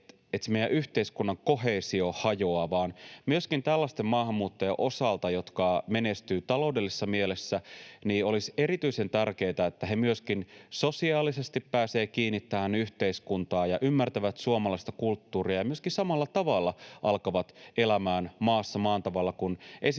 että se meidän yhteiskunnan koheesio hajoaa, vaan myöskin tällaisten maahanmuuttajien osalta, jotka menestyvät taloudellisessa mielessä, olisi erityisen tärkeätä, että he myöskin sosiaalisesti pääsevät kiinni tähän yhteiskuntaan ja ymmärtävät suomalaista kulttuuria ja myöskin samalla tavalla alkavat elämään maassa maan tavalla,